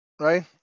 right